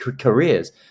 careers